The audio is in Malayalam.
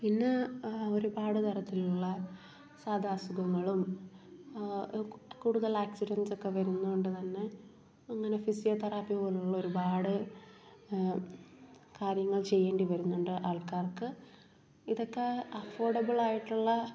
പിന്നെ ഒരുപാട് തരത്തിലുള്ള സാധാ അസുഖങ്ങളും ആ കൂടുതൽ ആക്സിഡൻറ്റ്സക്കെ വരുന്നണ്ട് തന്നെ അങ്ങനെ ഫിസിയോ തെറാപ്പി പോലുള്ള ഒരുപാട് കാര്യങ്ങൾ ചെയ്യേണ്ടി വരുന്നുണ്ട് ആൾക്കാർക്ക് ഇതൊക്കെ അഫോഡബിളായിട്ടുള്ള